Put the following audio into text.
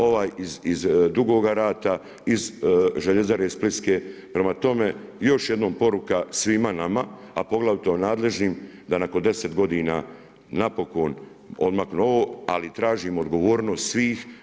Ovaj iz Dugoga Rata iz Željezare splitske, prema tome još jednom poruka svima nama, a poglavito nadležnim da nakon deset godina napokon odmaknu ovo, ali tražim odgovornost svih.